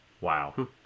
Wow